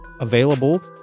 available